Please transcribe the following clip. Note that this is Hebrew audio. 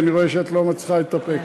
כי אני רואה שאת לא מצליחה להתאפק.